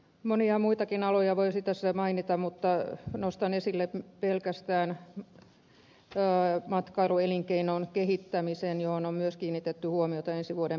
monia muitakin aloja voisi tässä mainita mutta nostan esille pelkästään matkailuelinkeinon kehittämisen johon on myös kiinnitetty huomiota ensi vuoden budjetissa